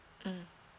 mmhmm